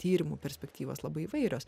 tyrimų perspektyvos labai įvairios